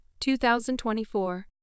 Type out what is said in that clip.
2024